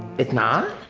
it's not?